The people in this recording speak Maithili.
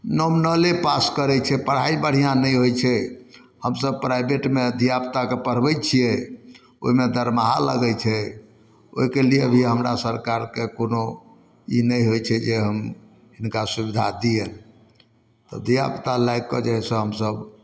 नोमिनले पास करै छै पढ़ाइ बढ़िआँ नहि होइ छै हमसभ प्राइवेटमे धियापुताके पढ़बै छियै ओइमे दरमाहा लगै छै ओइके लिए भी हमरा सरकारके कोनो ई नहि होइ छै जे हम हिनका सुविधा दियनि तऽ धियापुता लागि कऽ जे हइ से हमसभ